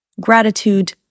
gratitude